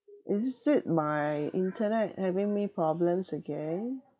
is it my internet having me problems again